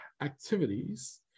activities